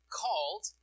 called